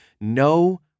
no